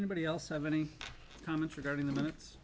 anybody else have any comments regarding the minutes